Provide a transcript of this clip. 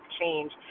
change